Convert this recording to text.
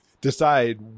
decide